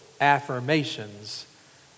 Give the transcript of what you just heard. affirmations